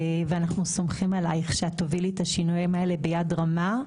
ואנחנו סומכים עליך שאת תובילי את השינויים האלה ביד רמה.